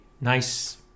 nice